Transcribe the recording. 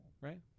Right